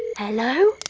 hello?